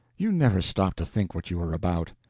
you never stop to think what you are about!